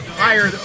higher